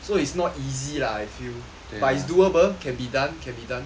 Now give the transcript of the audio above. so it's not easy lah if you but it's doable can be done can be done